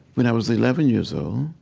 when i was eleven years old,